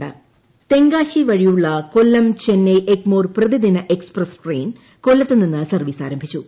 Chennai express Tenkasi വഴിയുള്ള കൊല്ലം ചെന്നൈ എഗ്മോർ പ്രതിദിന express train കൊല്ലത്ത് നിന്ന് സർവീസ് ആരംഭിച്ചു